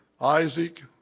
Isaac